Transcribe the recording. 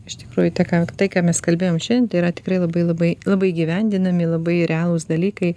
iš tikrųjų tai ką tai ką mes kalbėjom šiandien tai yra tikrai labai labai labai įgyvendinami labai realūs dalykai